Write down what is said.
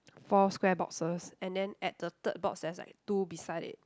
four square boxes and then at the third box there's like two beside it